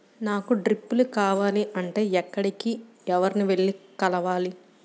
నాకు డ్రిప్లు కావాలి అంటే ఎక్కడికి, ఎవరిని వెళ్లి కలవాలి?